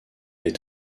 est